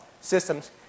systems